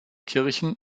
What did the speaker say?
kirchen